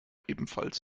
ebenfalls